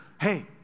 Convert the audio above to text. Hey